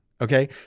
Okay